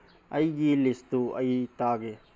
ꯑꯩꯒꯤ ꯂꯤꯁꯇꯨ ꯑꯩ ꯇꯥꯒꯦ